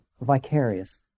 vicarious